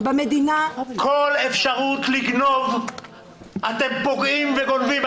כל אפשרות לגנוב אתם פוגעים וגונבים.